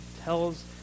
tells